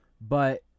But-